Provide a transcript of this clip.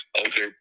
okay